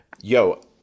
yo